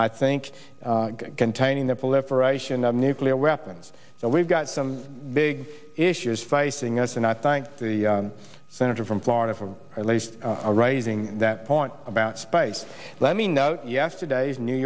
i think containing the politicization of nuclear weapons so we've got some big issues facing us and i thank the senator from florida for at least a raising that point about space let me note yesterday's new